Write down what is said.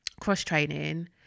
cross-training